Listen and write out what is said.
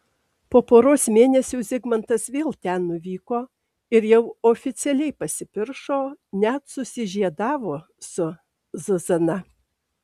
po poros mėnesių zigmantas vėl ten nuvyko ir jau oficialiai pasipiršo net susižiedavo su zuzana